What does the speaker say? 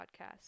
podcast